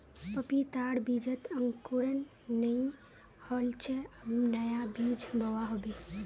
पपीतार बीजत अंकुरण नइ होल छे अब नया बीज बोवा होबे